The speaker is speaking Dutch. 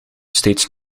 steeds